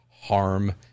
harm